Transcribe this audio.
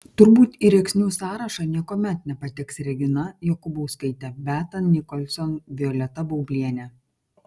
turbūt į rėksnių sąrašą niekuomet nepateks regina jokubauskaitė beata nicholson violeta baublienė